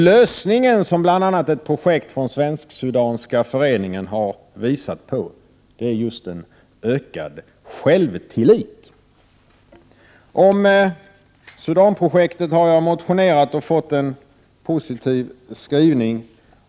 Lösningen, som bl.a. ett projekt från Svensk-sudanska föreningen har visat, är just en ökad självtillit. Om Sudanprojektet har jag motionerat och fått en positiv skrivning från utskottet.